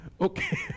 okay